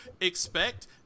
Expect